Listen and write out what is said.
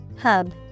Hub